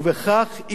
ובכך היא